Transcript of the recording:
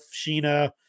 Sheena